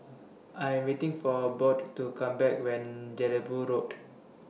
I Am waiting For Bode to Come Back when Jelebu Road